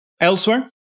Elsewhere